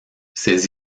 ces